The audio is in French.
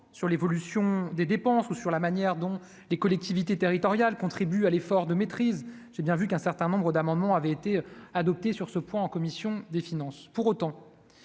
sur l'évolution des dépenses ou sur la manière dont les collectivités territoriales, contribue à l'effort de maîtrise, j'ai bien vu qu'un certain nombre d'amendements avaient été adoptés sur ce point, en commission des finances,